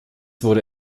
wurde